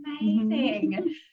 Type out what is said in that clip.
amazing